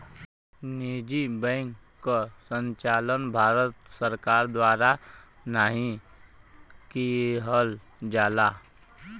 निजी बैंक क संचालन भारत सरकार द्वारा नाहीं किहल जाला